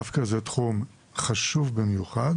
דווקא זה תחום חשוב במיוחד